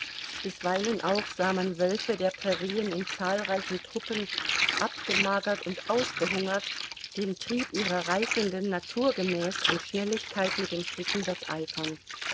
bisweilen auch sah man wölfe der prairien in zahlreichen truppen abgemagert und ausgehungert dem trieb ihrer reißenden natur gemäß an schnelligkeit mit dem